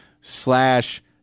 slash